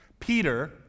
Peter